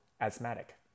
asthmatic